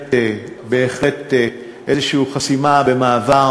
נגרמת בהחלט איזו חסימה במעבר